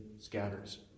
scatters